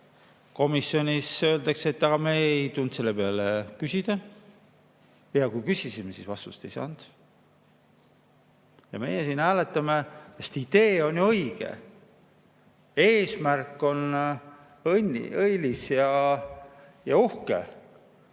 Komisjonis öeldakse, et aga me ei tulnud selle peale, et küsida, ja kui küsisime, siis vastust ei saanud. Aga meie siin hääletame, sest idee on ju õige, eesmärk on õilis ja uhke.